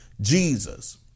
Jesus